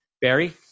Barry